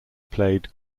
played